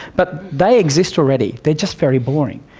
but they exist already, they're just very boring.